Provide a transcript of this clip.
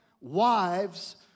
wives